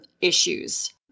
issues